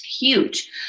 huge